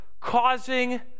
causing